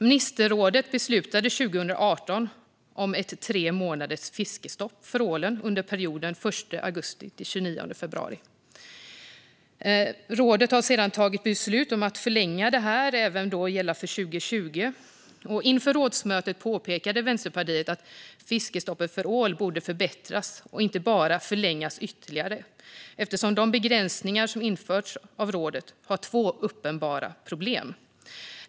Ministerrådet beslutade 2018 om ett tremånaders fiskestopp för ålen under perioden 1 augusti till 29 februari. Rådet har sedan fattat beslut om att förlänga detta till att gälla även 2020. Inför det senaste rådsmötet påpekade Vänsterpartiet att fiskestoppet för ål borde förbättras, inte bara förlängas ytterligare, eftersom de begränsningar som införts av rådet har två uppenbara problem.